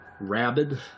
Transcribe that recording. rabid